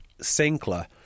Sinclair